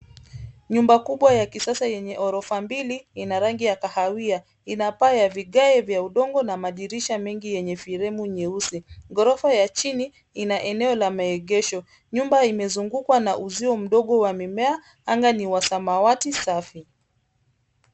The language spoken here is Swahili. Nyumba kubwa ya kisasa yenye ghorofa mbili, ina rangi ya kahawia. Ina paa ya vigae vya udongo na madirisha mengi yenye fremu nyeusi. Ghorofa ya chini ina eneo la maegesho. Nyumba imezungukwa na uzio mdogo wa mimea. Anga ni wa samawati safi.